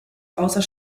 außer